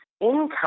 income